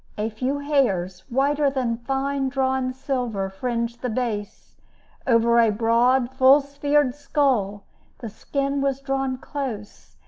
a few hairs, whiter than fine-drawn silver, fringed the base over a broad, full-sphered skull the skin was drawn close,